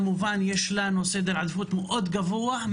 כמובן יש לנו סדר עדיפות מאוד גבוה.